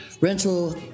rental